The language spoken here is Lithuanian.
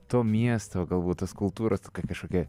to miesto galbūt tos kultūros k kažkokia